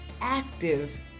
active